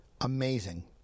Amazing